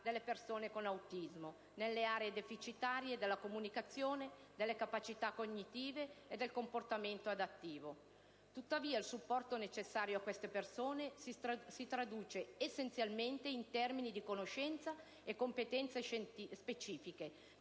delle persone con autismo nelle aree deficitarie della comunicazione, delle capacità cognitive e del comportamento adattivo. Tuttavia, il supporto necessario a queste persone si traduce essenzialmente in termini di conoscenze e competenze specifiche